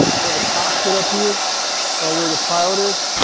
you know the cockpit up here where the pilot is,